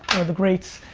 of the greats,